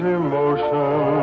emotion